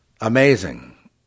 Amazing